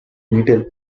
beetle